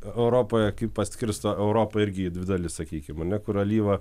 europoje kaip paskirsto europą irgi į dvi dalis sakykim ane kur alyva